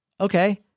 Okay